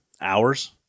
hours